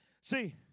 See